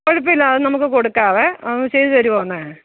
കുഴപ്പമില്ല അത് നമുക്ക് കൊടുക്കാവെ ഒന്നുചെയ്തു തരുമോ എന്ന്